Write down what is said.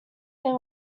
him